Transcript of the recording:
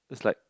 is like